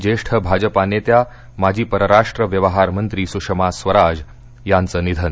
ज्येष्ठ भाजपा नेत्या माजी परराष्ट्रव्यवहारमंत्री सुषमा स्वराज यांचं निधन